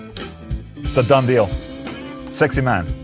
it's a done deal sexy man,